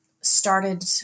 started